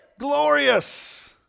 Glorious